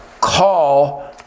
call